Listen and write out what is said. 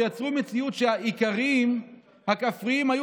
ויצרו מציאות שהאיכרים הכפריים היו